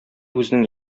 үзенең